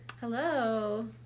Hello